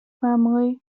family